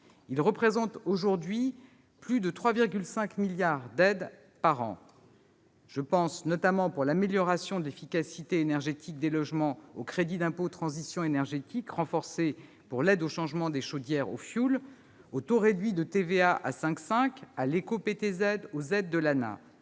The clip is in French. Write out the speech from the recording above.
Ils représentent aujourd'hui plus de 3,5 milliards d'euros d'aides par an. Je pense, notamment, pour l'amélioration de l'efficacité énergétique des logements, au crédit d'impôt pour la transition énergétique, le CITE, renforcé pour l'aide au changement des chaudières fuel, au taux réduit de TVA à 5,5 %, à l'éco-prêt à taux